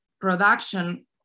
production